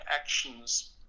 actions